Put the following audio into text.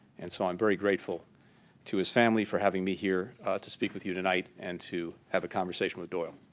and so i'm very grateful to his family for having me here to speak with you tonight, and to have a conversation with doyle.